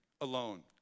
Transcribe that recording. alone